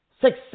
success